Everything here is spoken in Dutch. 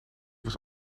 was